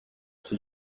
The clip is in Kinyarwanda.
icyo